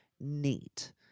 neat